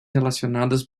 relacionadas